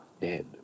dead